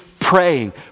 praying